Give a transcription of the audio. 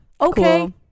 okay